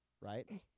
Right